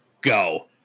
go